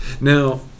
Now